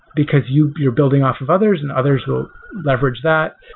because you're you're building off of others and others will leverage that.